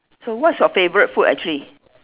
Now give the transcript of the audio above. so what's your favourite food actually